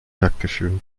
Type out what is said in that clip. taktgefühl